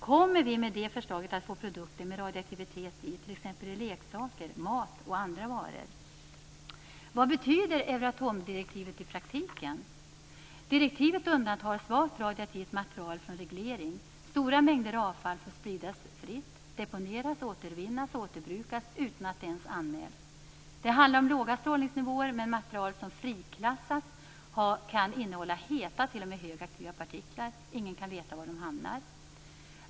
Kommer vi med detta förslag att få produkter med radioaktivitet, t.ex. i leksaker, mat och andra varor? Vad betyder Euratomdirektivet i praktiken? Direktivet undantar svagt radioaktivt material från reglering. Stora mängder avfall får spridas fritt - deponeras, återvinnas och återbrukas - utan att det ens anmäls. Det handlar om låga strålningsnivåer, men material som friklassats kan innehålla heta och t.o.m. högaktiva partiklar. Ingen kan veta var de hamnar.